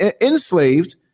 enslaved